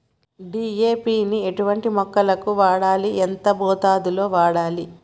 DAP ని ఎటువంటి మొక్కలకు వాడాలి? ఎంత మోతాదులో వాడాలి?